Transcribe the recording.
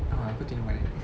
ah aku twenty one